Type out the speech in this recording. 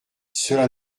cela